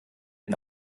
den